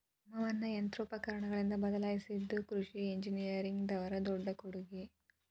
ಶ್ರಮವನ್ನಾ ಯಂತ್ರೋಪಕರಣಗಳಿಂದ ಬದಲಾಯಿಸಿದು ಕೃಷಿ ಇಂಜಿನಿಯರಿಂಗ್ ದವರ ದೊಡ್ಡ ಕೊಡುಗೆ